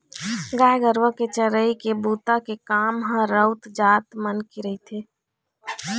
गाय गरुवा के चरई के बूता के काम ह राउत जात मन के रहिथे